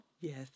Yes